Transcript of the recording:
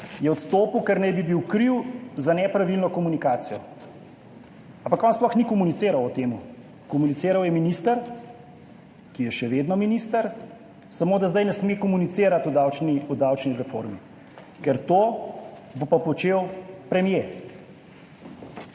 je odstopil, ker naj bi bil kriv za nepravilno komunikacijo. Ampak on sploh ni komuniciral o tem, komuniciral je minister, ki je še vedno minister, samo da zdaj ne sme komunicirati o davčni reformi, ker bo to počel pa premier.